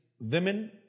women